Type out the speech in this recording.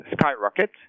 skyrocket